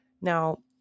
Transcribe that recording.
Now